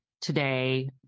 today